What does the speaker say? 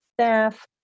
staff